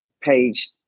page